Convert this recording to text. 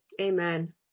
Amen